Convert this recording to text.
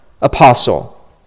apostle